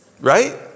Right